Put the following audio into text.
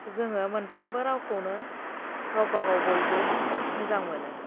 जोङो मोनफ्रोमबो रावखौनो गावबा गाव बयबो मोजां मोनो